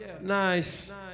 Nice